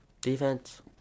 Defense